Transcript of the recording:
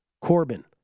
Corbin